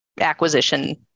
acquisition